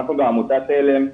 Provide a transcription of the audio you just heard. אנחנו בעמותת עלם,